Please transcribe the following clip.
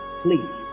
please